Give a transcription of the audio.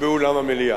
באולם המליאה.